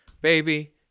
Baby